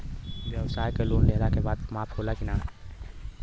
ब्यवसाय के लोन लेहला के बाद माफ़ होला की ना?